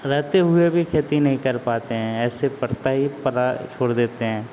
रहते हुए भी खेती नहीं कर पाते हैं ऐसे पड़ता ही पड़ा छोड़ देते हैं